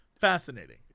fascinating